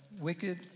Wicked